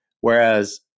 Whereas